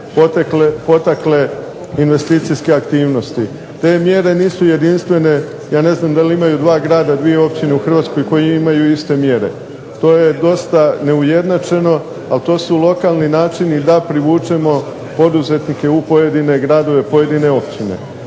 potakle investicijske aktivnosti. Te mjere nisu jedinstvene. Ja ne znam da li imaju dva grada, dvije općine u Hrvatskoj koje imaju iste mjere. To je dosta neujednačeno, ali to su lokalni načini da privučemo poduzetnike u pojedine gradove, pojedine općine.